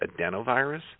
adenovirus